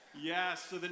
Yes